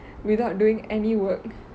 without doing any work